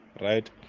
right